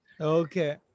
Okay